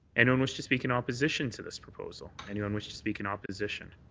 anyone wish to speak in opposition to this proposal? anyone wish to speak in opposition?